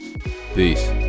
Peace